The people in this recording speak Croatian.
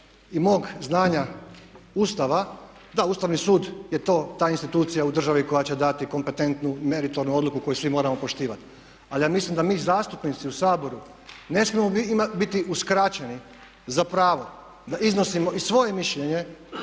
i mog znanja Ustava, da, Ustavni sud je ta institucija u državi koja će dati kompetentnu meritornu odluku koju svi moramo poštivati. Ali ja mislim da mi zastupnici u Saboru ne smijemo biti uskraćeni za pravo da iznosimo i svoje mišljenje